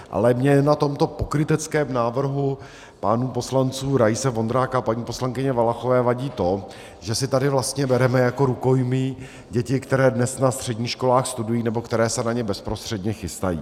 Ale mně na tomto pokryteckém návrhu pánů poslanců Raise, Vondráka a paní poslankyně Valachové vadí to, že si tady vlastně bereme jako rukojmí děti, které dnes na středních školách studují nebo které se na ně bezprostředně chystají.